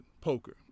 poker